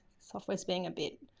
software's being a bit